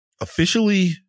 officially